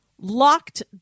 locked